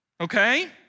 okay